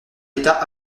d’état